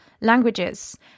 languages